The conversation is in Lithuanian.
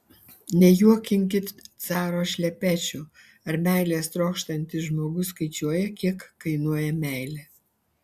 nejuokinkit caro šlepečių ar meilės trokštantis žmogus skaičiuoja kiek kainuoja meilė